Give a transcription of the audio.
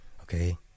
okay